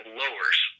lowers